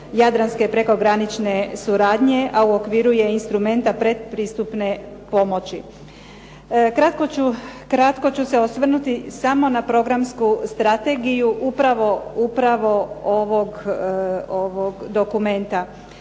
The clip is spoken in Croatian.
jadranske prekogranične suradnje, a u okviru je instrumenta predpristupne pomoći. Kratko ću se osvrnuti samo na programsku strategiju upravo ovog dokumenta.